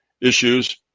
issues